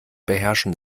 beherrschen